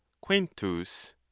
Quintus